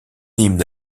hymne